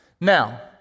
Now